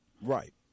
Right